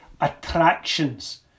attractions